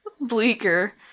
Bleaker